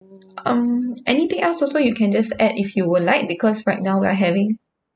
um anything else also you can just add if you would like because right now we are having